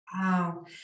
Wow